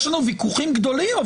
יש לנו ויכוחים גדולים,